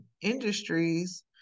industries